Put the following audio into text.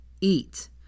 Eat